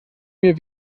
mir